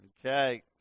Okay